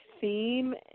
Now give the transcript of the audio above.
theme